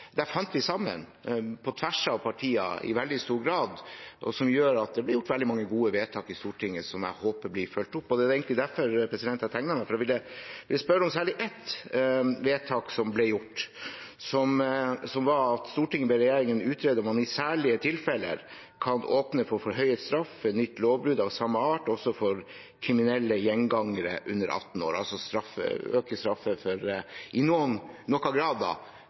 fant vi sammen på tvers av partier i veldig stor grad, noe som gjorde at det ble fattet veldig mange gode vedtak i Stortinget, som jeg håper blir fulgt opp. Det er egentlig derfor jeg tegnet meg, for jeg ville spørre om særlig ett vedtak som ble gjort. Det var: «Stortinget ber regjeringen utrede om man i særlige tilfeller kan åpne for forhøyet straff ved nytt lovbrudd av samme art også for kriminelle gjengangere under 18 år.» Det gjelder altså å øke straffer i noen grad